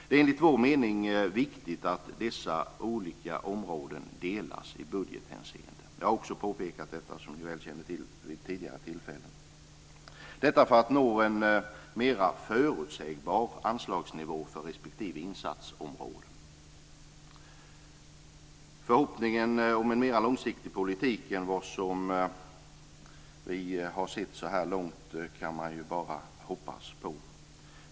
Det är enligt vår mening viktigt att dessa olika områden delas i budgethänseende. Jag har också påpekat detta, som ni väl känner till, vid tidigare tillfällen. Det är viktigt för att nå en mer förutsägbar anslagsnivå för respektive insatsområden. Förhoppningen är att vi ska se en mer långsiktig politik än vad som vi har sett så här långt.